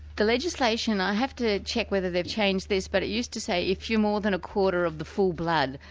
the legislation, i have to check whether they've changed this, but it used to say if you're more than a quarter of the full blood,